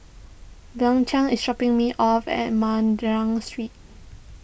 Bianca is shopping me off at Madras Street